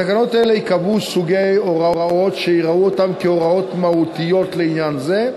בתקנות אלה ייקבעו סוגי הוראות שיראו אותן כהוראות מהותיות לעניין זה,